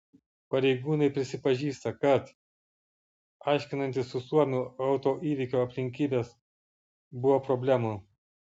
pareigūnai prisipažįsta kad aiškinantis su suomiu autoįvykio aplinkybes buvo problemų